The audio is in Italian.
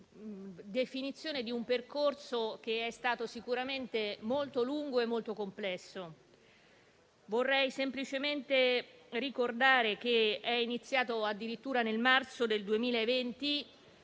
definizione di un percorso che è stato sicuramente molto lungo e complesso, che - ricordo - è iniziato addirittura nel marzo del 2020